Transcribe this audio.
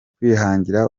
kwihangira